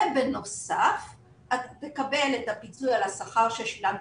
ובנוסף אתה תקבל את הפיצוי על השכר ששילמת,